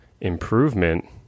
improvement